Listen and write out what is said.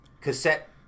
cassette